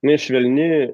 jinai švelni